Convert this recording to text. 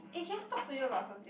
eh can I talk to you about something